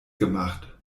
gemacht